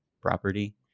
property